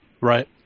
Right